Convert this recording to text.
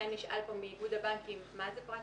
לכן נשאל כאן מאיגוד הבנקים מה זה פרט